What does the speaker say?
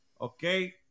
Okay